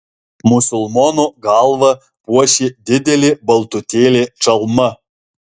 musulmono galvą puošė didelė baltutėlė čalma